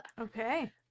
Okay